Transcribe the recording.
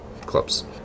clubs